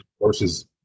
versus